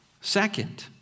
Second